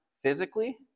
Physically